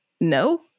no